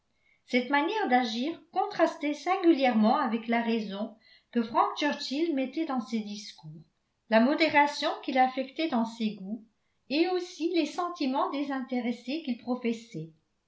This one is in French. cette manière d'agir contrastait singulièrement avec la raison que frank churchill mettait dans ses discours la modération qu'il affectait dans ses goûts et aussi les sentiments désintéressés qu'il professait